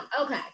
okay